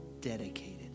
dedicated